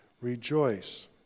rejoice